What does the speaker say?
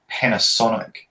Panasonic